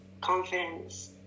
confidence